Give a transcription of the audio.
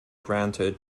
granted